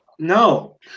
No